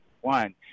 one